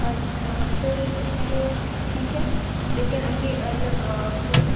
اچھا پھر چلیے ٹھیک ہے لیکن اگلی جب